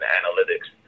analytics